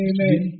Amen